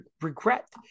regret